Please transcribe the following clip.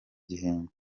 gihembwe